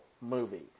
movie